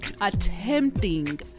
attempting